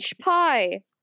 pie